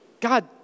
God